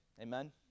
Amen